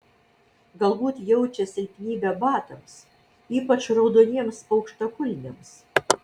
galbūt jaučia silpnybę batams ypač raudoniems aukštakulniams